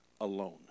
alone